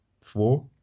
four